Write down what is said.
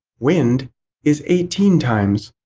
wind is eighteen times.